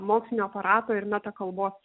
mokslinio aparato ir metakalbos